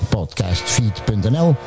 Podcastfeed.nl